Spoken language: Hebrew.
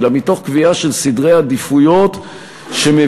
אלא מתוך קביעה של סדרי עדיפויות שמביאים